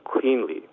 cleanly